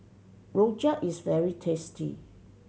rojak is very tasty